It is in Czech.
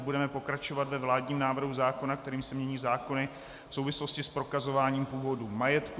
Budeme pokračovat ve vládním návrhu zákona, kterým se mění zákony v souvislosti s prokazováním původu majetku.